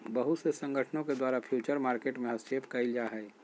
बहुत से संगठनों के द्वारा फ्यूचर मार्केट में हस्तक्षेप क़इल जा हइ